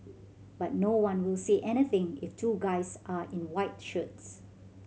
but no one will say anything if two guys are in white shirts